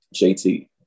JT